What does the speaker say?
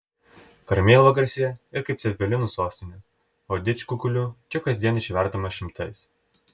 karmėlava garsėja ir kaip cepelinų sostinė o didžkukulių čia kasdien išverdama šimtais